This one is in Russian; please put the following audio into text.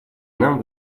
нам